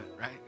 right